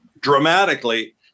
dramatically